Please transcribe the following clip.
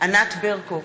ענת ברקו,